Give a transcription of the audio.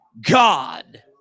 God